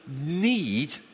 need